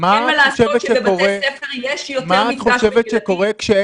אין מה לעשות שבבתי ספר יש יותר מפגש של ילדים.